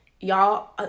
y'all